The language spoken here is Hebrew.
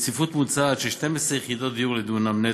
ובצפיפות ממוצעת של 12 יחידות דיור לדונם נטו.